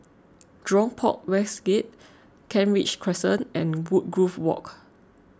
Jurong Port West Gate Kent Ridge Crescent and Woodgrove Walk